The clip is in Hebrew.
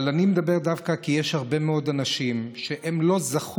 אבל אני מדבר דווקא כי יש הרבה מאוד אנשים שלא זכו,